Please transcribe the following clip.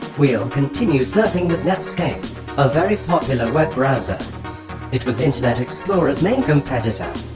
we'll continue surfing with netscape a very popular web browser it was internet explorer's main competitor